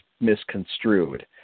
misconstrued